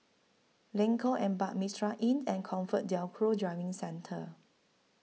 Lengkok Empat Mitraa Inn and ComfortDelGro Driving Centre